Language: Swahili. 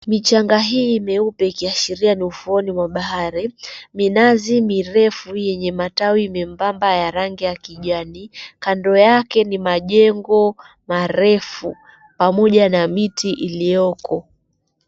Michanga hii meupe ikiashiria ni ufuoni mwa bahari. Minazi mirefu yenye matawi membamba yenye rangi ya kijani. Kando yake ni majengo marefu pamoja na miti ilioko.